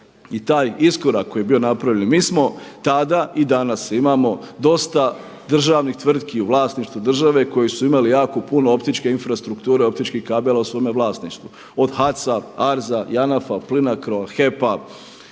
i taj iskorak koji je bio napravljen mi smo tada i danas imamo dosta državnih tvrtki u vlasništvu države koji su imali jako puno optičke infrastrukture, optičkih kabela u svome vlasništvu od HAC-a, ARZ-a, JANAF-a, PLINACRO-a, HEP-a,